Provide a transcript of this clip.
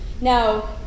Now